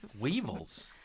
Weevils